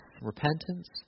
repentance